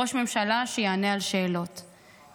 ראש ממשלה שיענה על שאלות,